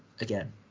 again